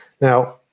now